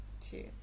two